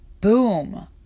Boom